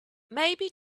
maybe